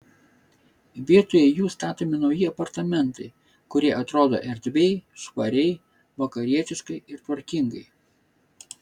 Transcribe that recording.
vietoje jų statomi nauji apartamentai kurie atrodo erdviai švariai vakarietiškai ir tvarkingai